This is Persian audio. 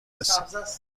رسید